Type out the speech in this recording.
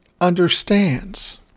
understands